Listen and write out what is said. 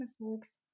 mistakes